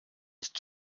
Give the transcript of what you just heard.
ist